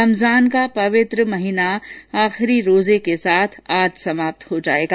रमजान का पवित्र महिना आखिरी रोजे के साथ आज समाप्त हो जायेगा